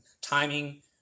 timing